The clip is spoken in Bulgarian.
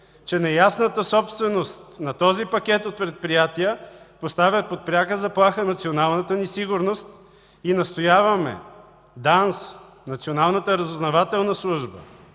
че неясната собственост на този пакет от предприятия поставя под пряка заплаха националната ни сигурност и настояваме ДАНС, Националната разузнавателна служба,